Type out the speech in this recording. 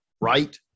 right